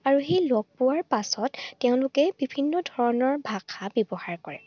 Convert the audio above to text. আৰু সেই লগ পোৱাৰ পাছত তেওঁলোকে বিভিন্ন ধৰণৰ ভাষা ব্যৱহাৰ কৰে